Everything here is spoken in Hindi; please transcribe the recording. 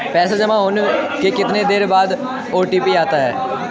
पैसा जमा होने के कितनी देर बाद ओ.टी.पी आता है?